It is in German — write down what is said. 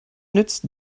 nützt